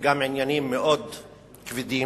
גם עניינים מאוד כבדים